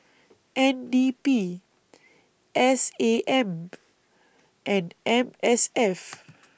N D P S A M and M S F